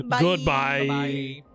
Goodbye